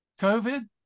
COVID